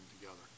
together